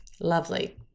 Lovely